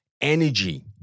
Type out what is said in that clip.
energy